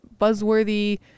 buzzworthy